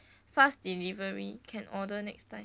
fast delivery can order next time